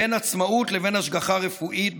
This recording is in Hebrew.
בין עצמאות לבין השגחה רפואית,